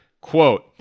Quote